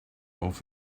off